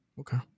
Okay